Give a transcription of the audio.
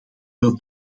wel